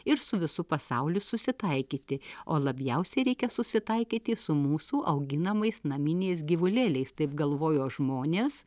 ir su visu pasauliu susitaikyti o labiausiai reikia susitaikyti su mūsų auginamais naminiais gyvulėliais taip galvojo žmonės